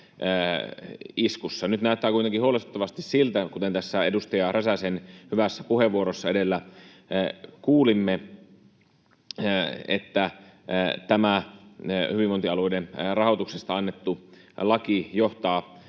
Nyt näyttää kuitenkin huolestuttavasti siltä, kuten tässä edustaja Räsäsen hyvässä puheenvuorossa edellä kuulimme, että tämä hyvinvointialueiden rahoituksesta annettu laki johtaa